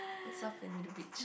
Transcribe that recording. myself and little bitch